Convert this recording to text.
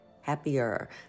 happier